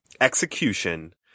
execution